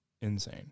insane